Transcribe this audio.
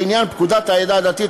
לעניין פקודת העדה הדתית